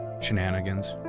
Shenanigans